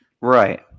Right